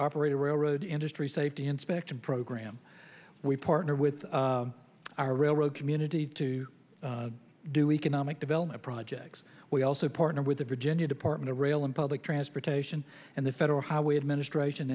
operate a railroad industry safety inspection program we partner with our railroad community to do economic development projects we also partner with the virginia department of rail and public transportation and the federal highway administration